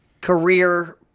career